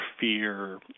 fear